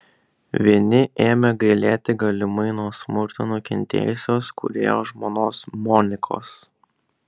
vieni ėmė gailėti galimai nuo smurto nukentėjusios kūrėjo žmonos monikos